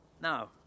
Now